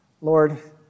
Lord